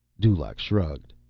dulaq shrugged.